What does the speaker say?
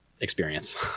experience